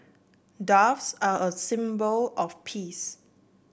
doves are a symbol of peace